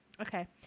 Okay